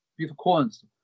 Bitcoins